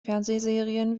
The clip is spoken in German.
fernsehserien